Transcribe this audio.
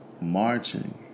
marching